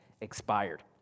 expired